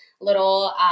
little